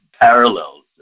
parallels